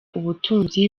ubutunzi